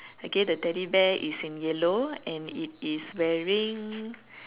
okay the teddy bear is in yellow and it is wearing